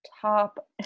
top